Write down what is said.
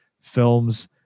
films